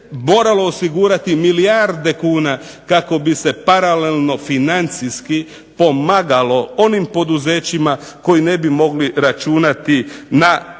moralo osigurati milijarde kuna, kako bi se paralelno financijski pomagalo onim poduzećima koji ne bi mogli računati na